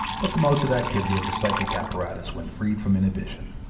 but the modes of activity of the psychic apparatus when freed from inhibition.